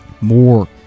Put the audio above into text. more